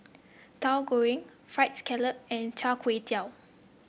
Tauhu Goreng fried scallop and Char Kway Teow